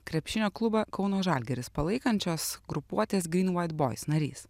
krepšinio klubą kauno žalgiris palaikančios grupuotės gryn uait boiz narys